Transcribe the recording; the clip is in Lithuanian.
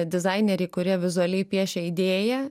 dizaineriai kurie vizualiai piešė idėją